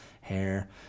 hair